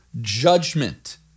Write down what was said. judgment